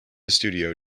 studio